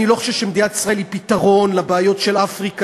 אני לא חושב שמדינת ישראל היא פתרון לבעיות של אפריקה.